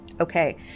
Okay